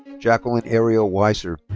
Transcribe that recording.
jacqueline ariel weiser.